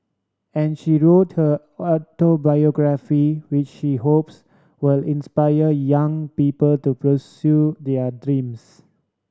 and she wrote her autobiography which she hopes will inspire young people to pursue their dreams